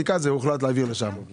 הוחלט להעביר לשם בגלל פוליטיקה.